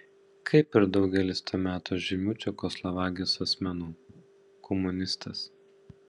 kaip ir daugelis to meto žymių čekoslovakijos asmenų komunistas